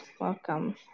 welcome